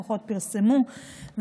פחות פרסמו,